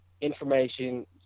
information